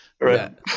Right